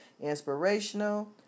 inspirational